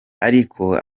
ariko